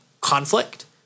conflict